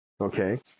Okay